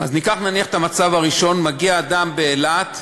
ניקח, נניח, את המצב הראשון: מגיע אדם באילת,